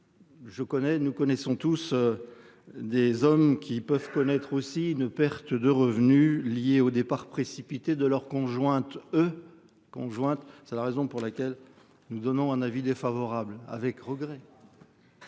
Je connais. Nous connaissons tous. Des hommes qui peuvent connaître aussi une perte de revenus liée au départ précipité de leur conjointe E. Conjointe. C'est la raison pour laquelle nous donnons un avis défavorable avec regret.